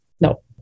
No